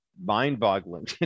mind-boggling